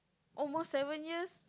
almost seven years